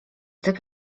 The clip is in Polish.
typ